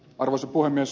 arvoisa puhemies